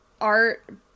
art